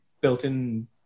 built-in